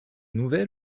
nouvelles